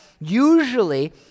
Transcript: usually